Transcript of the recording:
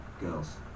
girls